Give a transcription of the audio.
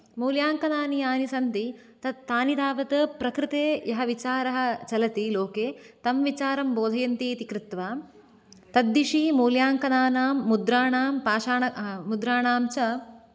मूल्याङ्कनानि यानि सन्ति तत् तानि तावत् प्रकृते यः विचारः चलति लोके तं विचारं बोधयन्ति इति कृत्वा तद्दिशि मूल्याङ्कनानां मुद्राणां पाषाण मुद्राणां च